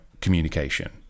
communication